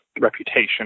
reputation